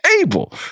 able